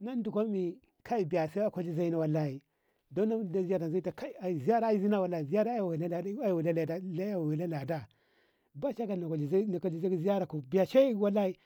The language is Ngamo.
nan dikko mi kai base kula zeno wallahi don no deno zita ae ziyara ae zina kai ziyara ey ka daɗi wallahi ba shakka na kulle ka ziyara ko bei she wallani.